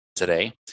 today